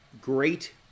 great